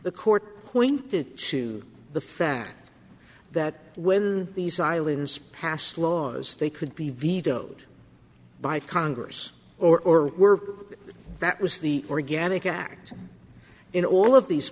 the court pointed to the fact that when these islands pass laws they could be vetoed by congress or were that was the organic act in all of these